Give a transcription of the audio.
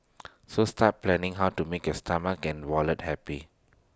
so start planning how to make his stomach and wallets happy